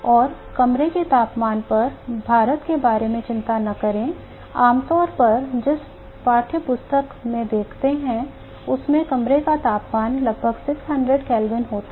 और कमरे के तापमान पर भारत के बारे में चिंता न करें आमतौर पर आप जिस पाठ्य पुस्तक में देखते हैं उसमें कमरे का तापमान लगभग 300 केल्विन होता है